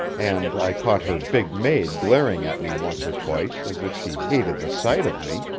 and i caught her big maid glaring at me once or twice as if she hated the sight of me.